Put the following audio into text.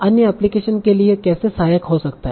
अन्य एप्लीकेशनस के लिए यह कैसे सहायक हो सकता हैं